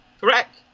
Correct